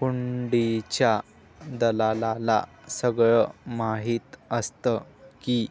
हुंडीच्या दलालाला सगळं माहीत असतं की,